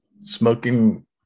smoking